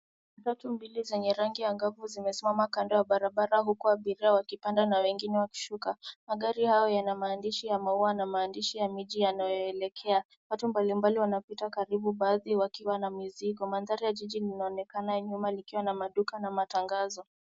Matatu mbili zenye rangi angavu zimesimama kando ya barabara, huku abiria wakipanda na wengine wakishuka. Magari hayo yana maandishi ya maua na maandishi ya miji yanayoelekea. Watu mbalimbali wanapita karibu na baadhi wakiwa na mizigo. Mandhari ya jiji linaonekana nyuma likiwa na maduka, na matangazo.